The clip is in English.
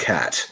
Cat